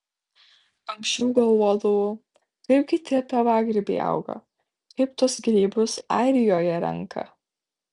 anksčiau galvodavau kaipgi tie pievagrybiai auga kaip tuos grybus airijoje renka